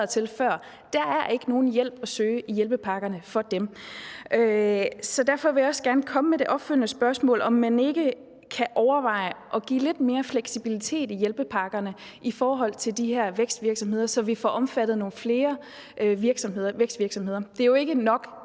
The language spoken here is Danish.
er der ikke nogen hjælp at søge i hjælpepakkerne. Så derfor vil jeg også gerne komme med det opfølgende spørgsmål: Kan man ikke overveje at give lidt mere fleksibilitet i hjælpepakkerne i forhold til de her vækstvirksomheder, så vi får omfattet nogle flere vækstvirksomheder? Det er jo ikke nok,